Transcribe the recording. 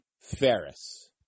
Ferris